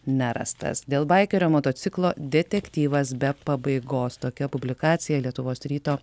nerastas dėl baikerio motociklo detektyvas be pabaigos tokia publikacija lietuvos ryto